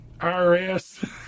IRS